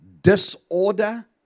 disorder